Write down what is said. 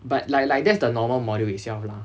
but like like that's the normal module itself lah